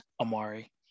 Amari